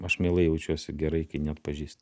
aš mielai jaučiuosi gerai kai neatpažįsta